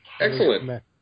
Excellent